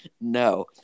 No